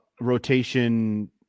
rotation